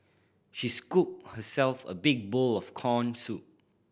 she scooped herself a big bowl of corn soup